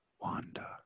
Wanda